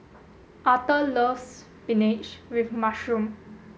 Arthor loves spinach with mushroom